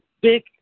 big